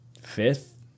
fifth